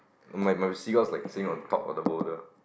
my my seagulls is like sitting on top of the boulder